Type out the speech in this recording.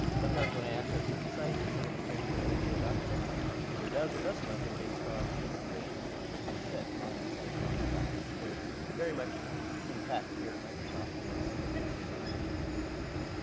sometimes when i access certain sites or somebody sends me a link to a document, it either does or doesn't open based on the permissions that a person has set on that site or on that document. so it's it's very much intact here at microsoft and that's certainly an end user experience. yep.